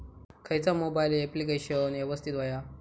खयचा mobile application यवस्तित होया?